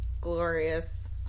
glorious